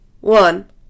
one